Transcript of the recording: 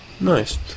Nice